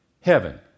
heaven